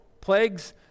plagues